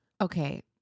Okay